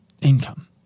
income